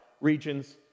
regions